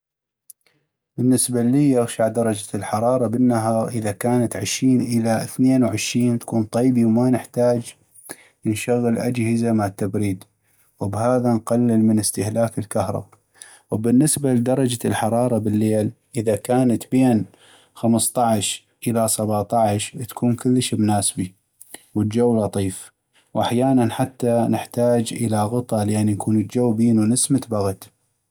بالنسبة اللي اغشع درجة الحرارة بالنهاغ اذا كانت عشين إلى اثنين وعشين تكون طيبي وما نحتاج نشغل أجهزة مال تبريد وبهذا نقلل من استهلاك الكهرب ، وبالنسبة لدرجة الحرارة بالليل اذا كانت بين خمسطعش إلى سباطعش تكون كلش مناسبي والجو لطيف واحيانا حتى نحتاج إلى غطى لأن يكون الجو بينو نسمة بغد.